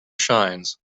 shines